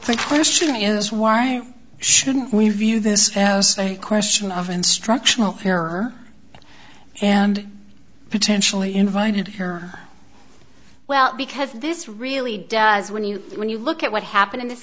three question is why shouldn't we view this as a question of instructional error and potentially invited her well because this really does when you when you look at what happened in this